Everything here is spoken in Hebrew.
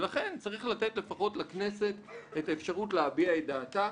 ולכן צריך לתת לפחות לכנסת את האפשרות להביע את דעתה.